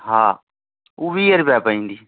हा उ वीह रुपया पवंदी